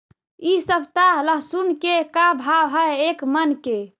इ सप्ताह लहसुन के का भाव है एक मन के?